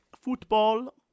football